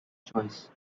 choice